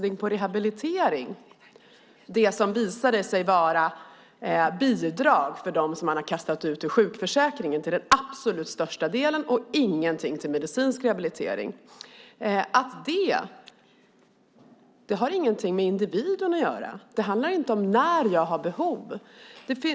Det som visade sig till den absolut största delen vara bidrag för dem som man har kastat ut ur sjukförsäkringen och ingenting till medicinsk rehabilitering och har ingenting med individen att göra. Det handlar inte om när individen har behov.